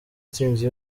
itsinzi